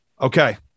Okay